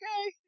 Okay